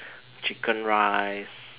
chicken-rice